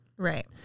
Right